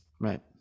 Right